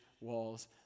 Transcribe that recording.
walls